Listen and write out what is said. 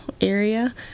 area